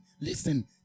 Listen